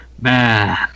Man